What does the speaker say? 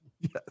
Yes